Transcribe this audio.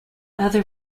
other